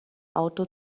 auto